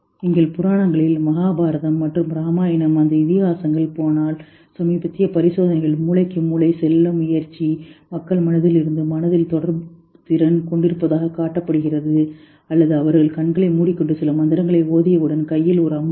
நீங்கள் புராணங்களில் Mahabharth மற்றும் ராமாயணம் அந்த இதிகாசங்கள் போனால் சமீபத்திய பரிசோதனைகள் மூளைக்கு மூளை சொல்ல முயற்சி மக்கள் மனதில் இருந்து மனதில் தொடர்பு திறன் கொண்டிருப்பதாகக் காட்டப்படுகிறது அல்லது அவர்கள் ஒரு என்று கண்களை மூடிக்கொண்டு சில மந்திரங்களை ஓதிக் கொள்ளுங்கள் கையில் ஒரு அம்பு இருக்கும்